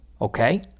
Okay